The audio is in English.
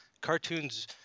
cartoons